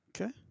Okay